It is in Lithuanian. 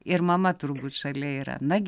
ir mama turbūt šalia yra nagi